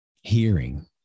hearing